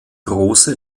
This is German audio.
große